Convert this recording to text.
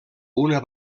una